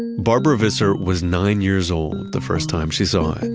barbara visser was nine years old the first time she saw it.